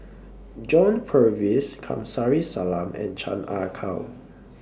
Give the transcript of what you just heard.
John Purvis Kamsari Salam and Chan Ah Kow